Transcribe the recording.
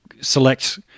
select